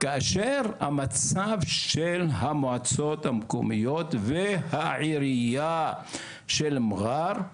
כאשר המצב של המועצות המקומיות והעירייה של מע'אר,